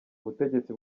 ubutegetsi